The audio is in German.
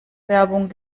werbung